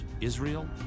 Israel